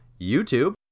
YouTube